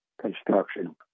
construction